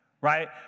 right